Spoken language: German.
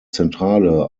zentrale